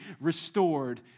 restored